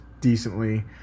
decently